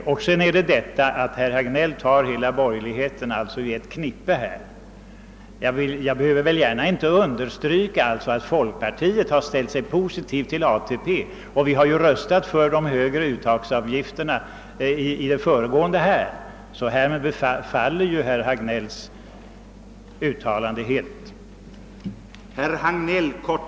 Låt mig också invända mot herr Hagnells sätt att ta alla de borgerliga i ett knippe. Jag behöver väl inte understryka att folkpartiet ställt sig positivt till ATP och att vi tidigare röstat för högre uttag av avgifter. Därmed faller alltså herr Hagnells påståenden helt.